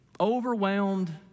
overwhelmed